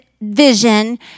vision